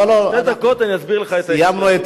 עוד שתי דקות ואסביר לך את ההקשר.